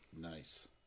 Nice